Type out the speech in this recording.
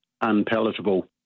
unpalatable